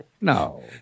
No